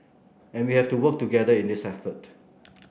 and we have to work together in this effort